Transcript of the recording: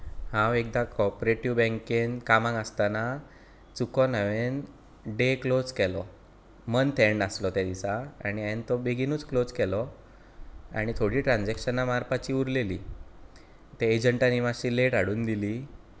हांव एकदां कॉपरेटीव बँकेंत कामाक आसतना चुकून हांवें डे क्लोज केलो मंथ एंड आसलो त्या दिसा हांवें तो बेगीनूच क्लोज केलो आनी थोडीं ट्रांसेक्शनां मारपाची उरलेली ते एजंटांनी मातशें लेट हाडून दिलीं